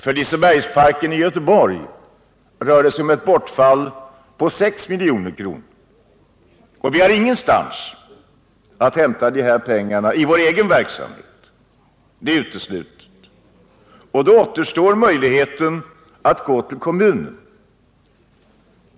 För Lisebergsparken i Göteborg rör det sig om ett bortfall på 6 milj.kr. Vi har ingenstans att hämta de här pengarna i vår egen verksamhet. Det är uteslutet. Då återstår möjligheten att gå till kommunen.